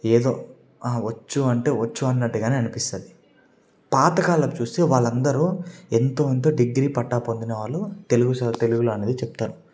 ఏదో వచ్చు అంటే వచ్చు అన్నట్టుగానే అనిపిస్తుంది పాతకాలం చూస్తే వాళ్లందరూ ఎంతో అంత డిగ్రీ పట్టా పొందిన వాళ్ళు తెలుగు సాహిత్యం తెలుగులో అని చెప్తారు